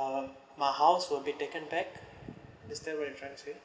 um my house will be taken back is that what you trying to say